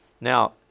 Now